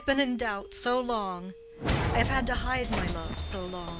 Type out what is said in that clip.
i have been in doubt so long i have had to hide my love so long.